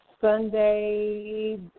Sunday